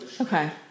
Okay